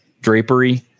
Drapery